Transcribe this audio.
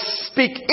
speak